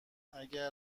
اگر